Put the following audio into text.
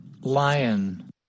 Lion